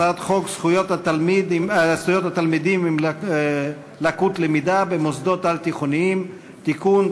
הצעת חוק זכויות תלמידים עם לקות למידה במוסדות על-תיכוניים (תיקון),